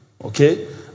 Okay